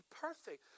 perfect